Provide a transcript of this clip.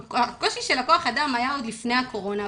הקושי של כוח האדם היה עוד לפני הקורונה,